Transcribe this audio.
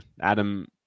Adam